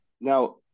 Now